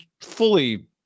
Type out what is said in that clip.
fully